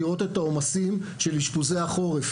לראות את העומסים של אשפוזי החורף